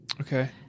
Okay